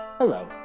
Hello